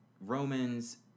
Romans